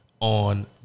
on